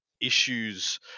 issues